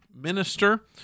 minister